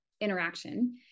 interaction